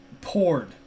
poured